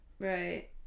Right